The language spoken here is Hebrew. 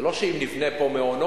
אני אומרת.